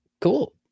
Cool